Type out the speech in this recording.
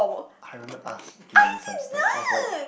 I remembered us give you some stuff I was like